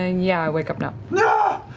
and yeah, i wake up nott. yeah